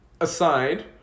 aside